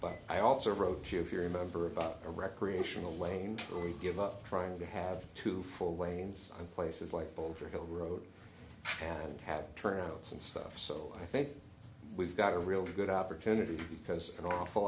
but i also wrote you if you remember about a recreational lane give up trying to have two for wayne's and places like boulder hill road have had turnouts and stuff so i think we've got a real good opportunity because an awful